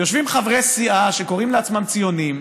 ויושבים חברי סיעה שקוראים לעצמם ציונים,